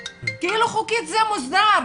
כאילו חוקית זה מוסדר.